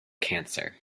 cancer